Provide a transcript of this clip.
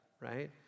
right